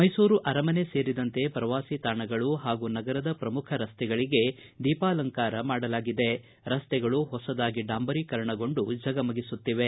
ಮೈಸೂರು ಅರಮನೆ ಸೇರಿದಂತೆ ಪ್ರವಾಸೀ ತಾಣಗಳು ಹಾಗೂ ನಗರದ ಪ್ರಮುಖ ರಸ್ತೆಗಳಿಗೆ ದೀಪಾಲಂಕಾರ ಮಾಡಲಾಗಿದೆ ರಸ್ತೆಗಳು ಹೊಸದಾಗಿ ಡಾಂಬರೀಕರಣಗೊಂಡು ಝಗಮಗಿಸುತ್ತಿವೆ